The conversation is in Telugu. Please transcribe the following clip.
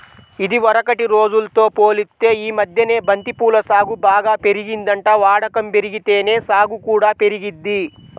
ఇదివరకటి రోజుల్తో పోలిత్తే యీ మద్దెన బంతి పూల సాగు బాగా పెరిగిందంట, వాడకం బెరిగితేనే సాగు కూడా పెరిగిద్ది